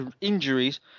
injuries